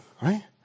right